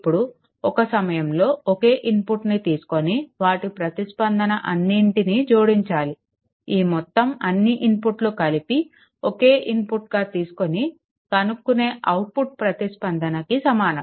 ఇప్పుడు ఒక సమయంలో ఒకే ఇన్పుట్ని తీసుకుని వాటి ప్రతిస్పందన అన్నింటిని జోడించాలి ఈ మొత్తం అన్నీ ఇన్పుట్లు కలిపి ఒకే ఇన్పుట్గా తీసుకుని కనుక్కునే అవుట్పుట్ ప్రతిస్పందనకి సమానం